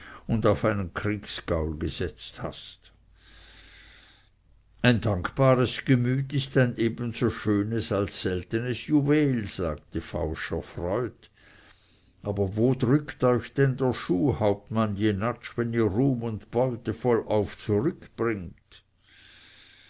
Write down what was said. und auf einen kriegsgaul gesetzt hast ein dankbares gemüt ist ein ebenso schönes als seltenes juwel sagte fausch erfreut aber wo drückt euch denn der schuh hauptmann jenatsch wenn ihr ruhm und beute vollauf zurückbringt